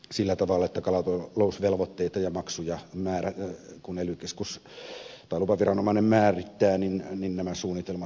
sillä tavalla takaa menettelyissä ottaa asiaankuuluvasti huomioon kun lupaviranomainen määrittää kalatalousvelvoitteita ja maksuja